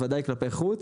בוודאי כלפי חוץ